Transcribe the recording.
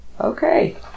Okay